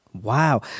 Wow